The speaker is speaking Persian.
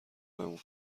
بمون